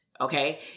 Okay